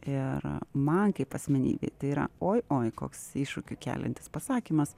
ir man kaip asmenybei tai yra oi oi koks iššūkių keliantis pasakymas